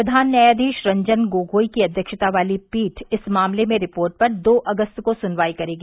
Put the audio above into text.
प्रधान न्यायाधीश रंजन गोगोई की अध्यक्षता वाली पीठ इस मामले में रिपोर्ट पर दो अगस्त को सुनवाई करेगी